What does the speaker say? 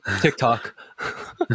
tiktok